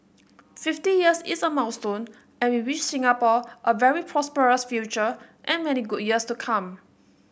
fifty years is a milestone and we wish Singapore a very prosperous future and many good years to come